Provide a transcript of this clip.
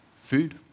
food